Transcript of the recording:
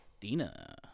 Dina